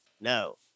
no